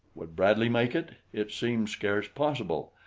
would bradley make it? it seemed scarce possible.